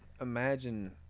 imagine